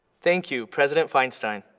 thank you president feinstein.